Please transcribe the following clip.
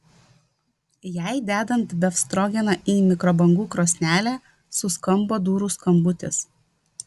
jai dedant befstrogeną į mikrobangų krosnelę suskambo durų skambutis